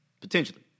potentially